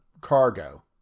cargo